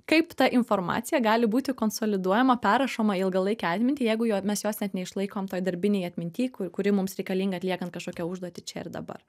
kaip ta informacija gali būti konsoliduojama perrašoma į ilgalaikę atmintį jeigu jo mes jos net neišlaikom toj darbinėj atminty ku kuri mums reikalinga atliekant kažkokią užduotį čia ir dabar